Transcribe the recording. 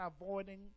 avoiding